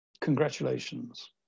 Congratulations